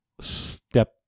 Step